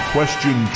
Question